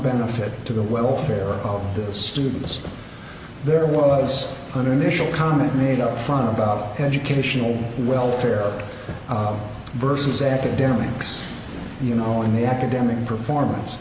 benefit to the welfare of the students there was an initial comment made up front about educational welfare versus academics you know in the academic performance